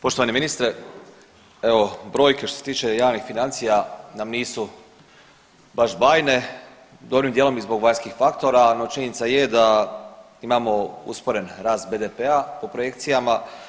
Poštovani ministre, evo brojke što se tiče javnih financija nam nisu baš bajne dobrim dijelom i zbog vanjskih faktora, no činjenica je da imamo usporen rast BDP-a po projekcijama.